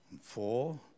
Four